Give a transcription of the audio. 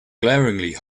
glaringly